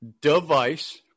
device